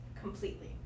completely